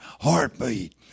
heartbeat